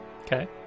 Okay